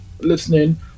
listening